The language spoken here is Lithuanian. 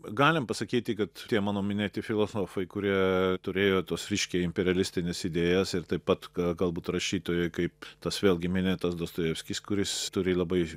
galim pasakyti kad tie mano minėti filosofai kurie turėjo tos ryškiai imperialistines idėjas ir taip pat galbūt rašytojai kaip tas vėlgi minėtas dostojevskis kuris turi labai